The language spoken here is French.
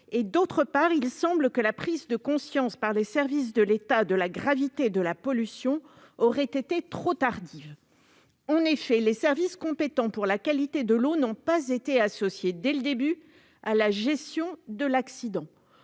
et, d'autre part, que la prise de conscience par les services de l'État de la gravité de la pollution aurait été trop tardive. En effet, les services compétents pour la qualité de l'eau n'ont pas été associés dès le début à la gestion de l'accident.